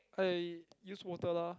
I use water lah